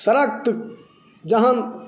सड़क तऽ जहाँ ने